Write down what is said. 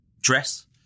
dress